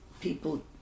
people